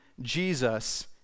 Jesus